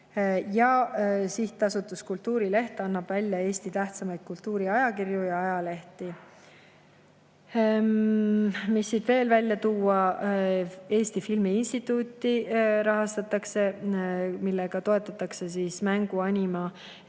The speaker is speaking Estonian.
Ja Sihtasutus Kultuurileht annab välja Eesti tähtsaimaid kultuuriajakirju ja -ajalehti. Mis siit veel välja tuua? Eesti Filmi Instituuti rahastatakse, millega toetatakse mängu-, anima-